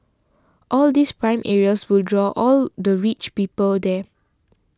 all these prime areas will draw all the rich people there